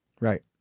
Right